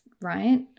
right